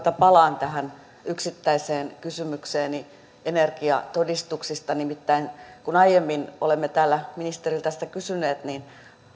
palaan tähän yksittäiseen kysymykseeni energiatodistuksista nimittäin kun aiemmin olemme täällä ministeriltä sitä kysyneet niin